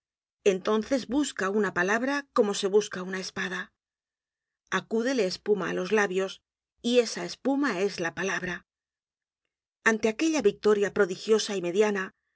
entonces busca una palabra como se busca una espada acúdele espuma á los labios y esa espuma es la palabra ante aquella victoria prodigiosa y mediana